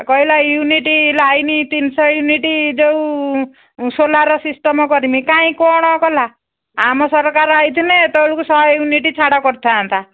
କହିଲା unit line ତିନିଶହ unit ଯେଉଁ ସୋଲାର ସିଷ୍ଟମ କରିମି କାଇଁ କ'ଣ କଲା ଆମ ସରକାର ହେଇଥିଲେ ଏତେବେଳକୁ ଶହେ ୟୁନିଟି ଛାଡ଼ କରିଥାନ୍ତା